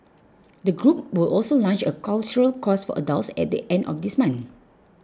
the group will also launch a cultural course for adults at the end of this month